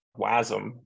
WASM